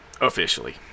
Officially